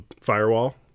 firewall